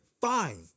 Fine